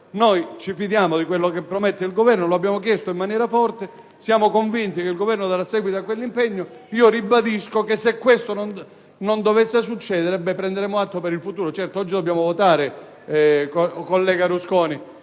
Ci fidiamo di quello che promette il Governo, l'abbiamo chiesto in maniera forte e siamo convinti che il Governo darà seguito all'impegno. Ribadisco che se questo non dovesse succedere ne prenderemo atto per il futuro. Certo, e mi rivolgo al senatore Rusconi,